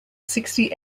sixty